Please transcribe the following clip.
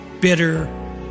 bitter